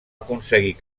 aconseguir